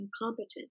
incompetent